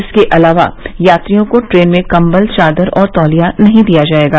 इसके अलावा यात्रियों को ट्रेन में कंबल चादर और तौलिया नहीं दिया जाएगा